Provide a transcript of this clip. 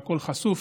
והכול חשוף,